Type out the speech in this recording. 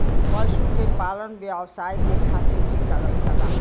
पशु के पालन व्यवसाय के खातिर भी करल जाला